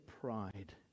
pride